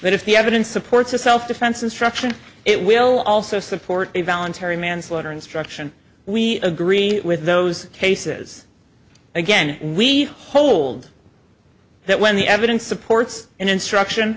that if the evidence supports a self defense instruction it will also support a voluntary manslaughter instruction we agree with those cases again we hold that when the evidence supports and instruction